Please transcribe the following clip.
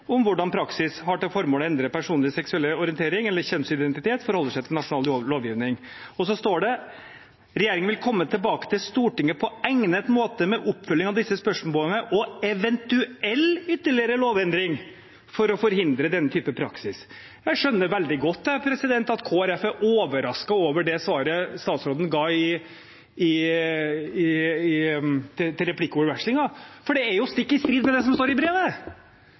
om hvordan praksis som har til formål å endre personers seksuelle orientering eller kjønnsidentitet forholder seg til nasjonal lovgivning Og så står det: «Regjeringen vil komme tilbake til Stortinget på egnet måte med oppfølging av disse spørsmålene og eventuell ytterligere lovendring for å forhindre denne type praksis Jeg skjønner veldig godt at Kristelig Folkeparti er overrasket over det svaret statsråden ga i replikkvekslingen, for det er jo stikk i strid med det som står i brevet.